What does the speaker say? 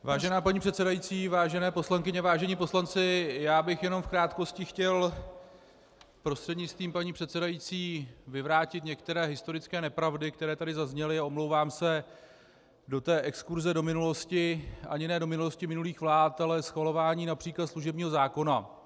Vážená paní předsedající, vážené poslankyně, vážení poslanci, chtěl bych jen v krátkosti prostřednictvím paní předsedající vyvrátit některé historické nepravdy, které tady zazněly, a omlouvám se za exkurzi do minulosti ani ne do minulosti minulých vlád, ale schvalování například služebního zákona.